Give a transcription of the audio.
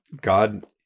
God